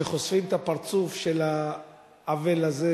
וכשחושפים את הפרצוף של העוול הזה,